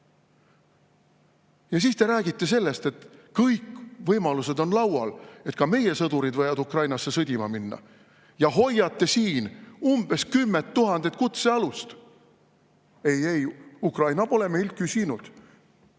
Siis te räägite, et kõik võimalused on laual, et ka meie sõdurid võivad Ukrainasse sõdima minna, ja hoiate siin umbes kümmet tuhandet kutsealust: ei-ei, Ukraina pole meilt küsinud,